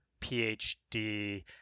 PhD